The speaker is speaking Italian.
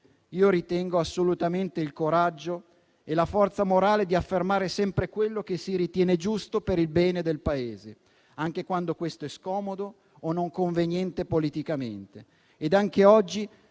che sia assolutamente il coraggio e la forza morale di affermare sempre quello che si ritiene giusto per il bene del Paese, anche quando questo è scomodo o non conveniente politicamente.